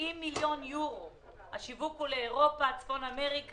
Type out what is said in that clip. אלכס קושניר,